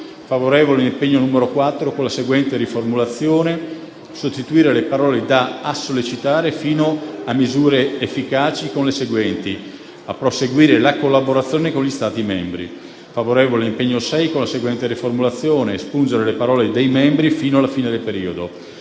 favorevole sull'impegno n. 4 con la seguente riformulazione: sostituire le parole da «a sollecitare» fino a «misure efficaci» con le seguenti: «a proseguire la collaborazione con gli Stati membri». Il Governo esprime parere favorevole sull'impegno n. 6 con la seguente riformulazione: espungere le parole «dei membri» fino alla fine del periodo.